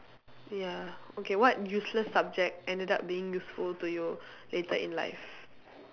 ya okay what useless subject ended up being useful to you later in life